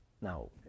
Now